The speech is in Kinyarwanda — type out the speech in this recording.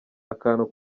akantu